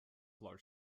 large